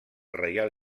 reial